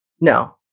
No